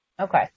Okay